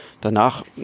Danach